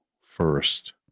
first